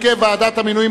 הרכב ועדת המינויים),